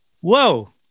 whoa